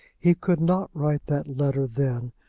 he could not write that letter then,